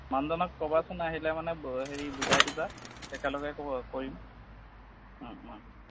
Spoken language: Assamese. মানুহজনক ক'বাচোন আহিলে মানে হেৰি বুজাই দিবা একেলগে কৰিম